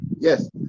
Yes